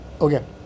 okay